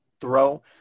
throw